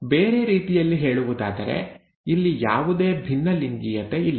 ಬೇರೆ ರೀತಿಯಲ್ಲಿ ಹೇಳುವುದಾದರೆ ಇಲ್ಲಿ ಯಾವುದೇ ಭಿನ್ನಲಿಂಗೀಯತೆ ಇಲ್ಲ